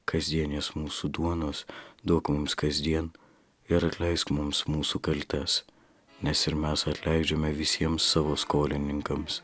kasdienės mūsų duonos duok mums kasdien ir atleisk mums mūsų kaltes nes ir mes atleidžiame visiems savo skolininkams